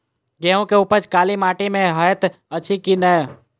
गेंहूँ केँ उपज काली माटि मे हएत अछि की नै?